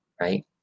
right